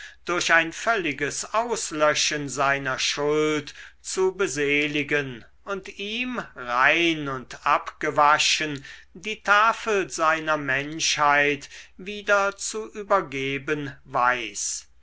durch ein völliges auslöschen seiner schuld zu beseligen und ihm rein und abgewaschen die tafel seiner menschheit wieder zu übergeben weiß